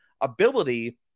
ability